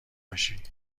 باشی